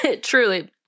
truly